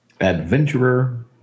Adventurer